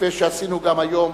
כפי שעשינו גם היום,